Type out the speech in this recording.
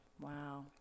wow